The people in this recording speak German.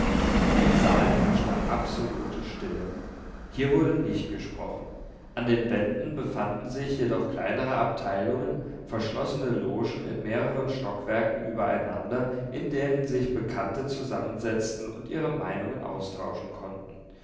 im saal herrschte absolute stille hier wurde nicht gesprochen an den wänden befanden sich jedoch kleinere abteilungen verschlossene logen in mehreren stockwerken übereinander in denen sich bekannte zusammensetzen und ihre meinungen austauschen konnten